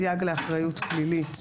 סייג לאחריות פלילית,